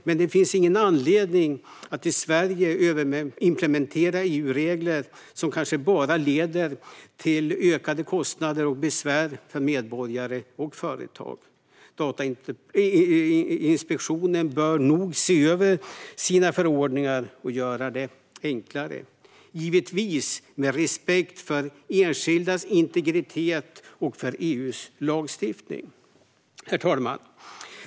Men det finns ingen anledning att i Sverige överimplementera EU-regler som kanske bara leder till ökade kostnader och besvär för medborgare och företag. Datainspektionen bör nog se över sina förordningar och göra det enklare, givetvis med respekt för enskildas integritet och EU:s lagstiftning. Herr talman!